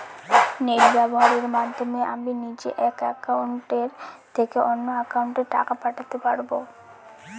Net ব্যবহারের মাধ্যমে আমি নিজে এক অ্যাকাউন্টের থেকে অন্য অ্যাকাউন্টে টাকা পাঠাতে পারব?